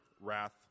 wrath